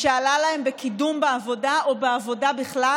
בקידום בעבודה או בעבודה בכלל.